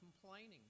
complaining